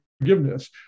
forgiveness